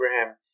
Abraham